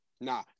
Nah